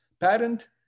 patent